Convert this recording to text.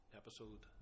episode